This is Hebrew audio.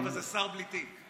טוב, אבל זה שר בלי תיק.